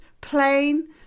plain